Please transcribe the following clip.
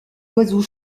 oiseaux